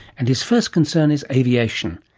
and his first concern is aviation.